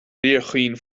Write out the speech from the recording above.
bhfíorchaoin